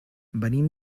venim